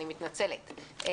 בבקשה.